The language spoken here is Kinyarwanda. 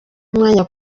umwanya